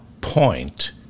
point